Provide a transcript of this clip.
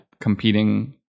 competing